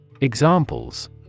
Examples